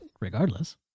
regardless